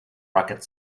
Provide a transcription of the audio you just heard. rocket